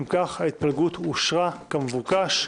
אם כך, ההתפלגות אושרה כמבוקש.